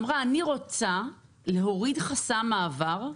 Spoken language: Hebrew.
אמרה שהיא רוצה להוריד חסם מעבר.